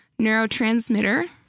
neurotransmitter